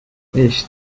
ich